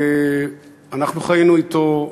אנחנו חיינו אתו,